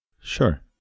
Sure